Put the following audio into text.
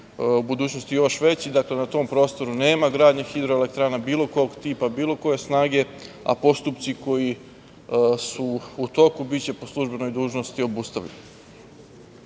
u budućnosti biti još veći, dakle, na tom prostoru nema gradnji mini hidroelektrana bilo kog tipa, bilo koje snage, a postupci koji su i toku biće po službenoj dužnosti obustavljeni. Na